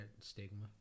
stigma